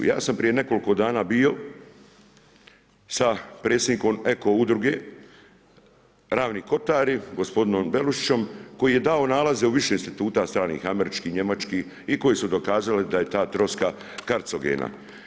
Ja sam prije nekoliko dana bio sa predsjednikom Eko udruge Ravni kotari gospodinom Belušićom koji je dao nalaze u više instituta stranih američkih, njemačkih i koji su dokazali da je ta troska karcogena.